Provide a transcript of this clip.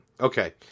Okay